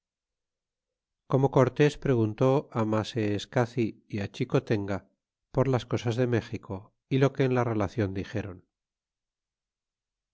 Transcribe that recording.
como corms preguntó maseescaci xicotenga por las cosas de méxico y lo que en la relacion dixeron